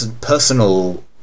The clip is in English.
personal